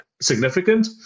significant